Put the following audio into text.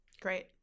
Great